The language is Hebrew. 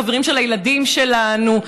חברים של הילדים שלנו,